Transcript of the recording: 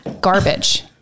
garbage